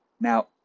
Now